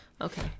Okay